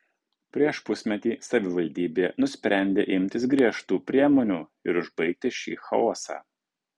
prieš pusmetį savivaldybė nusprendė imtis griežtų priemonių ir užbaigti šį chaosą